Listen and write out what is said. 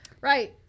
Right